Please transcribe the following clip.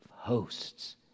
Hosts